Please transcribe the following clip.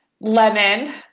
lemon